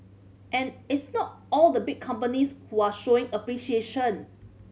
and it's not all the big companies who are showing appreciation